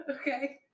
Okay